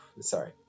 Sorry